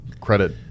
credit